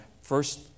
First